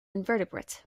invertebrates